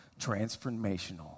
transformational